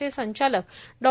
चे संचालक डॉ